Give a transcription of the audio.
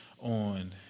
on